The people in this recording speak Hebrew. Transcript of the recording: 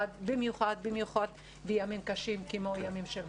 במיוחד במיוחד במיוחד בימים קשים כמו ימים של מחלה.